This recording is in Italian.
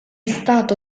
stato